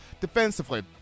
defensively